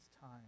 time